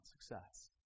success